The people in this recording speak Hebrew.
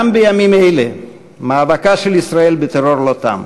גם בימים אלה מאבקה של ישראל בטרור לא תם.